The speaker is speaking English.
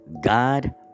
God